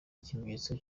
ikimenyetso